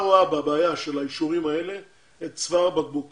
רואה בבעיה של האישורים האלה את צוואר הבקבוק